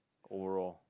overall